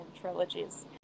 trilogies